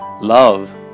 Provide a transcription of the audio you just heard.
Love